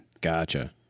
Gotcha